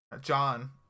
John